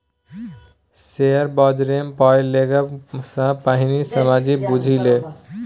share बजारमे पाय लगेबा सँ पहिने समझि बुझि ले